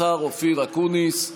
השר אופיר אקוניס,